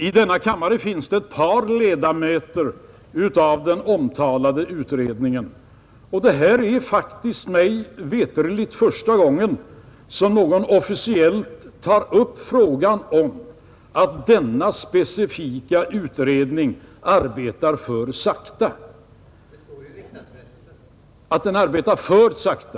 I denna kammare finns det ett par ledamöter av den omtalade utredningen, och detta är faktiskt mig veterligt första gången som någon officiellt tar upp frågan om att denna specifika utredning arbetar för sakta.